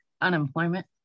unemployment